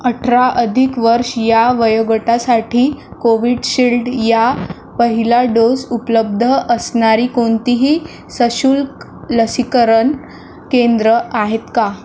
अठरा अधिक वर्ष या वयोगटासाठी कोविडशिल्ड या पहिला डोस उपलब्ध असणारी कोणतीही सशुल्क लसीकरण केंद्र आहेत का